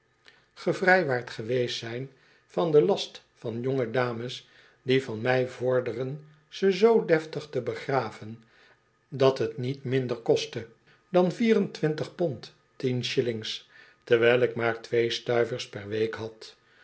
gevrijwaard geweest zijn van den last van jonge dames die van m ij vorderen ze zoo deftig te begraven dat het niet minder kostte dan vier en twintig pond tien shillings terwijl ik maar twee stuivers per week had